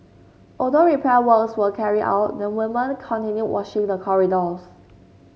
although repair works were carried out the woman continued washing the corridors